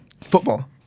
Football